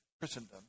Christendom